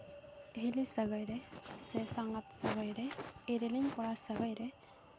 ᱦᱤᱞᱤ ᱥᱟᱹᱜᱟᱹᱭ ᱨᱮ ᱥᱮ ᱥᱟᱸᱜᱟᱛ ᱥᱟᱹᱜᱟᱹᱭ ᱨᱮ ᱮᱨᱮᱞᱤᱧ ᱠᱚᱲᱟ ᱥᱟᱹᱜᱟᱹᱭ ᱨᱮ